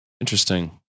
Interesting